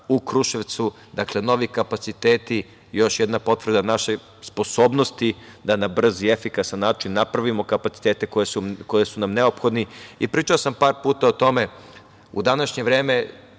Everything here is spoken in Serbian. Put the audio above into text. u Kruševcu. Dakle, novi kapaciteti, još jedna potvrda naše sposobnosti da na brz i efikasan način napravimo kapacitete koji su nam neophodni. Pričao sam par puta o tome u današnje vreme